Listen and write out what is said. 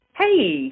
Hey